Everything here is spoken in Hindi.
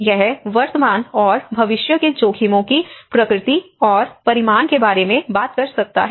यह वर्तमान और भविष्य के जोखिमों की प्रकृति और परिमाण के बारे में बात कर सकता है